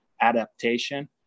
adaptation